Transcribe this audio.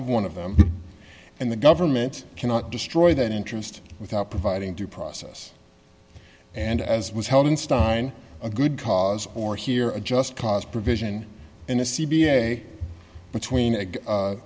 of one of them and the government cannot destroy that interest without providing due process and as was held in stein a good cause or here a just cause provision in a c b s a between